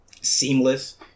seamless